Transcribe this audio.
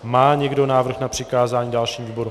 Má někdo návrh na přikázání dalšímu výboru?